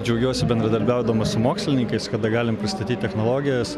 džiaugiuosi bendradarbiaudamas su mokslininkais kada galim pristatyt technologijas